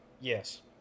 Yes